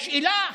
השאלה היא: